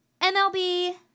MLB